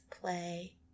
play